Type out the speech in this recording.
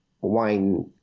wine